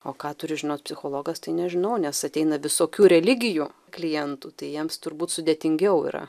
o ką turi žinot psichologas tai nežinau nes ateina visokių religijų klientų tai jiems turbūt sudėtingiau yra